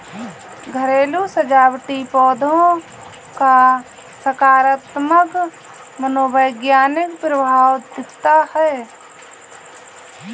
घरेलू सजावटी पौधों का सकारात्मक मनोवैज्ञानिक प्रभाव दिखता है